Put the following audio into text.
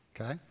okay